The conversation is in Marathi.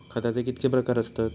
खताचे कितके प्रकार असतत?